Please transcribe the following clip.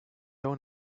own